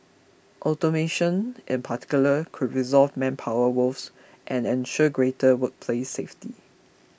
automation in particular could resolve manpower woes and ensure greater workplace safety